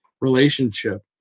relationship